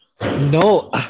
No